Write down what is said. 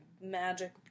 magic